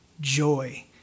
joy